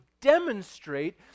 demonstrate